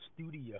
studio